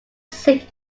seat